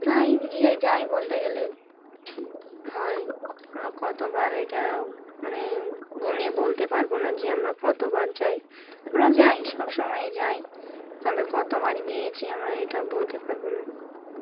প্রায়ই যাই বলতে গেলে হয় আমরা কতবার এটা মানে গুণে বলতে পারবো না যে আমরা কতবার যাই আমরা যাই সব সমময় যাই তবে কতবার গিয়েছি আমরা এটা বলতে পারবো না